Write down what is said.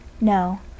No